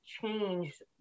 changed